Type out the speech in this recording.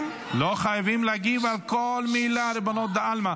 לא חייבים להגיב על כל מילה, ריבונו דעלמא.